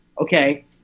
okay